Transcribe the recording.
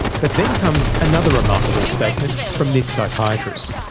but then comes another remarkable statement from this psychiatrist.